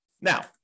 Now